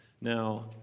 Now